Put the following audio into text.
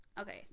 okay